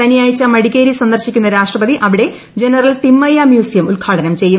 ശനിയാഴ്ച മടിക്കേരി സന്ദർശിക്കുന്ന രാഷ്ട്രപതി അവിടെ ജനറൽ തിമയ്യ മ്യൂസിയം ഉദ്ഘാടനം ചെയ്യും